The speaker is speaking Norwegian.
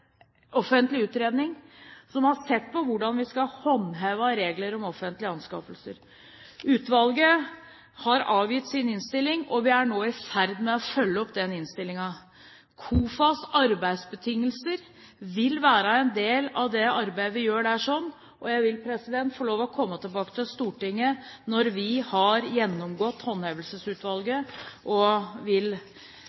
offentlig utredning som har sett på hvordan vi skal håndheve regler om offentlige anskaffelser. Utvalget har avgitt sin innstilling, og vi er nå i ferd med å følge opp den innstillingen. KOFAs arbeidsbetingelser vil være en del av det arbeidet vi gjør der. Når vi har gjennomgått Håndhevelsesutvalgets innstilling, vil jeg få lov til å komme tilbake til Stortinget